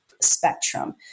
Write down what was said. spectrum